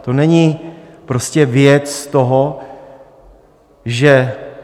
To není prostě věc toho, že...